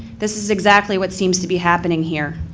this is exactly what seems to be happening here.